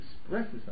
expresses